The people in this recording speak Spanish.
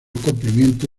cumplimiento